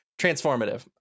transformative